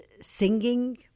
singing